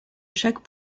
chaque